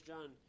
John